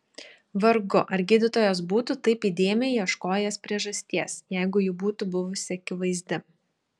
vargu ar gydytojas būtų taip įdėmiai ieškojęs priežasties jeigu ji būtų buvusi akivaizdi